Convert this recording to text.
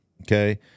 Okay